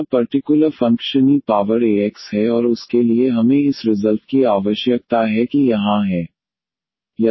हमारा particular function e power a x है और उसके लिए हमें इस रिजल्ट की आवश्यकता है कि यहां है